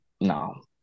no